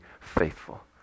faithful